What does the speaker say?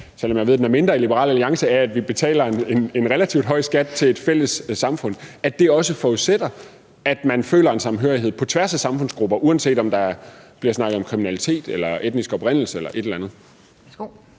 selv om jeg ved, den er mindre i Liberal Alliance – også forudsætter, at man føler en samhørighed på tværs af samfundsgrupper, uanset om der bliver snakket om kriminalitet eller etnisk oprindelse eller noget andet?